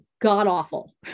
God-awful